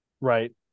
right